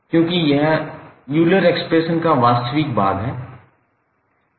क्योंकि यह Euler expression का वास्तविक भाग है